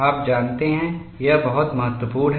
आप जानते हैं यह बहुत महत्वपूर्ण है